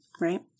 right